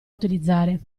utilizzare